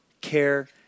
care